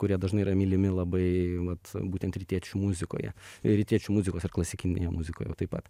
kurie dažnai yra mylimi labai vat būtent rytiečių muzikoje rytiečių muzikos ir klasikinėje muzikoje jau taip pat